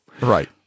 right